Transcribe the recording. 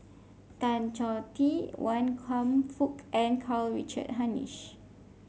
Tan Choh Tee Wan Kam Fook and Karl Richard Hanitsch